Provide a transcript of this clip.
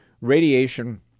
radiation